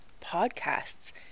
podcasts